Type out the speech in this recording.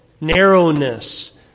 narrowness